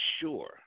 sure